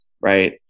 right